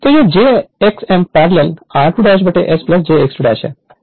Refer Slide Time 1117 तो यह jx m parallel r2 S j x 2 है